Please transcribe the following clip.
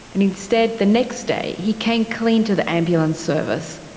and instead the next day he came clean to the ambulance service.